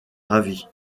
ravi